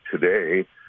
today